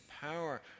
power